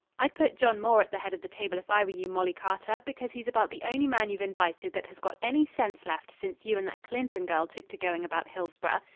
i'd put john moore at the head of the table if i were you, molly carter, because he's about the only man you've invited that has got any sense left since you and that clinton girl took to going about hillsboro.